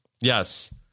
Yes